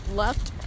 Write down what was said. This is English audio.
left